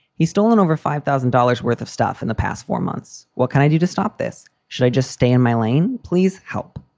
he's stolen over five thousand dollars worth of stuff in the past four months. what can i do to stop this? should i just stay in my lane? please help.